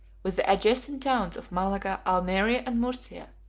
with the adjacent towns of malaga, almeria, and murcia,